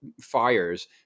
fires